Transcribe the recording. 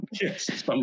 yes